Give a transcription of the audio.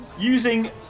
Using